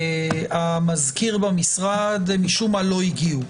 המזכיר במשרד משום מה לא הגיעו.